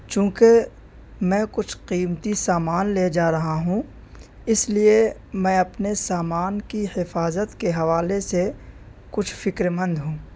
چونکہ میں کچھ قیمتی سامان لے جا رہا ہوں اس لیے میں اپنے سامان کی حفاظت کے حوالے سے کچھ فکر مند ہوں